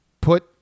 put